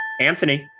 Anthony